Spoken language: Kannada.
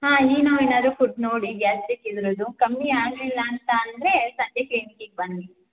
ಹಾಂ ಹೀನೋ ಏನಾದರೂ ಕುಡ್ದು ನೋಡಿ ಗ್ಯಾಸ್ಟ್ರಿಕ್ ಇದ್ರದ್ದು ಕಮ್ಮಿ ಆಗಲಿಲ್ಲ ಅಂತ ಅಂದರೆ ಸಂಜೆ ಕ್ಲಿನಿಕ್ಕಿಗೆ ಬನ್ನಿ